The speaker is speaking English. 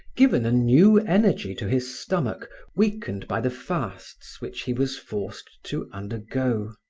given a new energy to his stomach weakened by the fasts which he was forced to undergo.